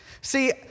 See